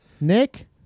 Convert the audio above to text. Nick